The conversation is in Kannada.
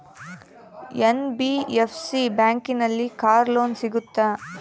ಎನ್.ಬಿ.ಎಫ್.ಸಿ ಬ್ಯಾಂಕಿನಲ್ಲಿ ಕಾರ್ ಲೋನ್ ಸಿಗುತ್ತಾ?